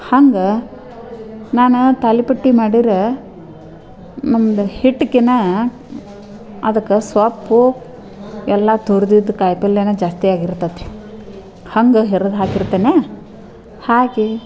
ಹಂಗೆ ನಾನು ತಾಲಿಪಟ್ಟು ಮಾಡಿರೆ ನಮ್ದು ಹಿಟ್ಕ್ಕಿಂತ ಅದಕ್ಕೆ ಸೊಪ್ಪು ಎಲ್ಲ ತುರ್ದಿದ್ದು ಕಾಯಿಪಲ್ಲೆನ ಜಾಸ್ತಿ ಆಗಿರ್ತತಿ ಹಂಗೆ ಹೆರ್ದು ಹಾಕಿರ್ತೇನೆ ಹಾಕಿ